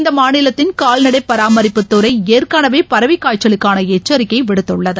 இந்த மாநிலத்தின் கால்நடை பராமிப்புத்துறை ஏற்கனவே பறவைக் காய்ச்சலுக்கான எச்சிக்கையை விடுத்துள்ளது